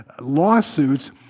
Lawsuits